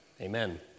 amen